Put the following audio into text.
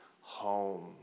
home